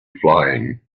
flying